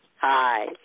Hi